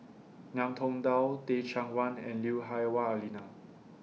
Ngiam Tong Dow Teh Cheang Wan and Lui Hah Wah Elena